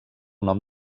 nom